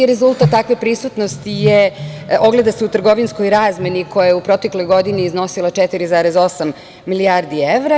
Rezultat takve prisutnosti ogleda se u trgovinskoj razmeni koja je u protekloj godini iznosila 4,8 milijardi evra.